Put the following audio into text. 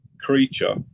creature